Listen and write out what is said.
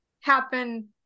happen